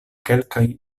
kelkaj